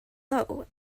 low